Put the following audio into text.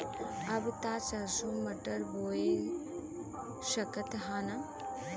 अब त सरसो मटर बोआय सकत ह न?